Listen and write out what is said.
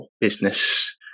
business